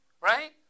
right